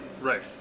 Right